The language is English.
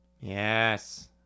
Yes